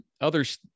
Others